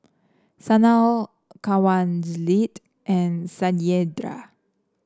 Sanal Kanwaljit and Satyendra